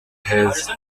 heza